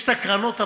יש הקרנות הוותיקות,